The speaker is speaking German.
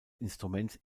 instruments